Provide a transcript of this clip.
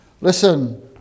Listen